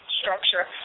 structure